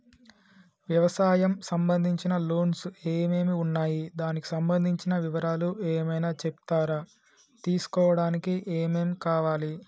వ్యవసాయం సంబంధించిన లోన్స్ ఏమేమి ఉన్నాయి దానికి సంబంధించిన వివరాలు ఏమైనా చెప్తారా తీసుకోవడానికి ఏమేం కావాలి?